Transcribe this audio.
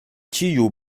ĉiu